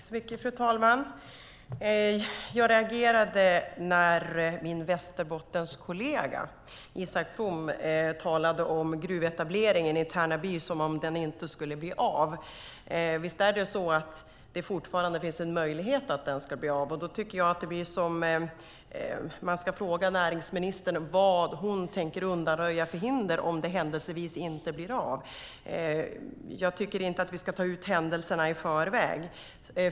Fru talman! Jag reagerade när min Västerbottenskollega Isak From talade om gruvetableringen i Tärnaby som om den inte skulle bli av. Visst finns det fortfarande en möjlighet att den blir av? Då tycker jag att man ska fråga näringsministern vad hon tänker undanröja för hinder om den händelsevis inte blir av. Jag tycker inte att vi ska ta ut händelserna i förväg.